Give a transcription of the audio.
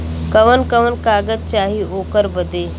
कवन कवन कागज चाही ओकर बदे?